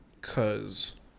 cause